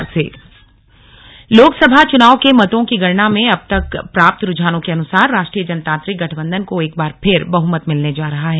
मोदी लहर लोकसभा चुनाव के मतों की गणना में अब तक प्राप्त रूझानों के अनुसार राष्ट्रीय जनतांत्रिक गठबंधन को एक बार फिर बहुमत मिलने जा रहा है